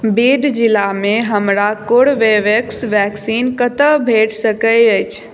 बीड जिलामे हमरा Corbevax vaccine कतय भेट सकैत अछि